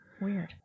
Weird